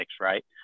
right